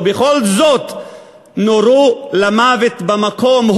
ובכל זאת נורו למוות במקום.